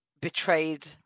betrayed